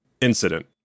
Incident